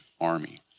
army